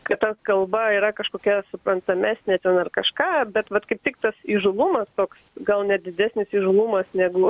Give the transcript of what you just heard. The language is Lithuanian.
kad ta kalba yra kažkokia suprantamesnė ten ar kažką bet vat kaip tik tas įžūlumas toks gal net didesnis įžūlumas negu